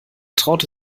traute